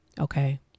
Okay